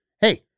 hey